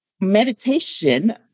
meditation